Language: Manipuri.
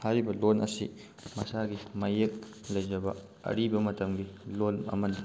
ꯍꯥꯏꯔꯤꯕ ꯂꯣꯟ ꯑꯁꯤ ꯃꯁꯥꯒꯤ ꯃꯌꯦꯛ ꯂꯩꯖꯕ ꯑꯔꯤꯕ ꯃꯇꯝꯒꯤ ꯂꯣꯟ ꯑꯃꯅꯤ